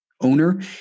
owner